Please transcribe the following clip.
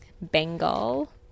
Bengal